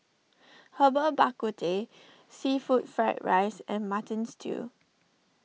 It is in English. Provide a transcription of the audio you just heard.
Herbal Bak Ku Teh Seafood Fried Rice and Mutton Stew